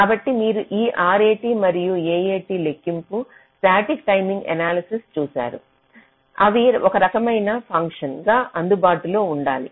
కాబట్టి మీరు ఈ RAT మరియు AAT లెక్కింపు స్టాటిక్ టైమింగ్ ఎనాలసిస్ చూశారు అవి ఒకరకమైన ఫంక్షన్ గా అందుబాటులో ఉండాలి